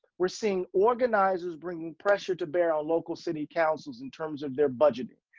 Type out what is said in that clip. we're seeing organizers bringing pressure to bear on local city councils in terms of their budgeting.